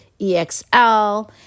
EXL